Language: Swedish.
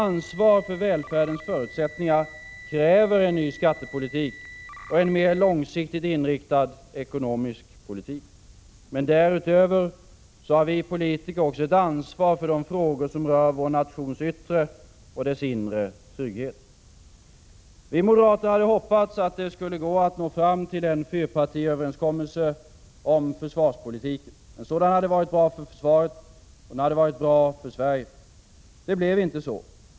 Ansvaret för välfärdens förutsättningar kräver en ny skattepolitik och en mer långsiktigt inriktad ekonomisk politik. Därutöver har vi politiker också ett ansvar för de frågor som rör vår nations yttre och inre trygghet. Vi moderater hade hoppats att det skulle gå att nå fram till en fyrpartiöverenskommelse om försvarspolitiken. En sådan hade varit bra för försvaret, och den hade varit bra för Sverige. Det blev inte så.